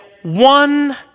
One